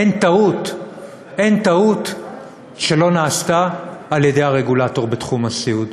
אין טעות שלא נעשתה על-ידי הרגולטור בתחום הסיעוד.